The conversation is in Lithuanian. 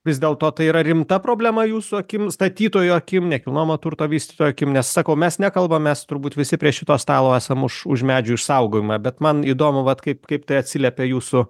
vis dėlto tai yra rimta problema jūsų akim statytojo akim nekilnojamo turto vystytojo akim nes sakau mes nekalbam mes turbūt visi prie šito stalo esam už už medžių išsaugojimą bet man įdomu vat kaip kaip tai atsiliepia jūsų